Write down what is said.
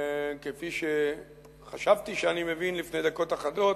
כפי שחשבתי שאני מבין לפני דקות אחדות,